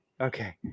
Okay